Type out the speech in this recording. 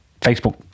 Facebook